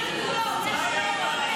נא לקרוא.